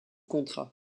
contrat